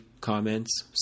comments